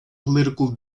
political